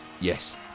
Yes